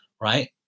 right